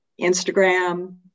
Instagram